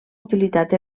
utilitat